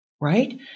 right